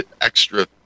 extra